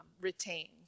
retained